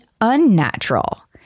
unnatural